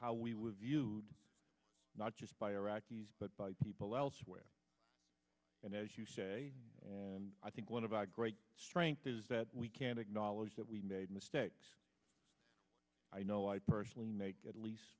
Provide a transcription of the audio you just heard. how we would view not just by iraqis but by people elsewhere and as you say and i think one of our great strength is that we can acknowledge that we made mistakes i know i personally make at least